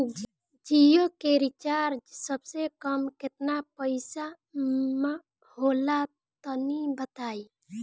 जियो के रिचार्ज सबसे कम केतना पईसा म होला तनि बताई?